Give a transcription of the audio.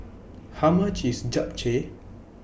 How much IS Japchae